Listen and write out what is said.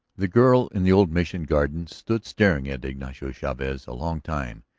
the girl in the old mission garden stood staring at ignacio chavez a long time,